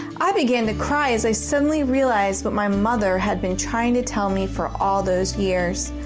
i began to cry as i suddenly realized what my mother had been trying to tell me for all those years.